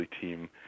team